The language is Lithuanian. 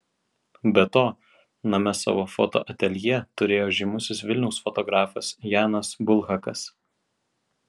be to name savo fotoateljė turėjo žymusis vilniaus fotografas janas bulhakas